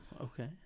Okay